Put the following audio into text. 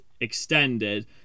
extended